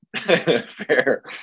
Fair